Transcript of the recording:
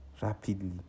rapidly